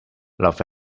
love